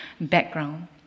background